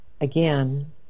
again